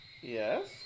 Yes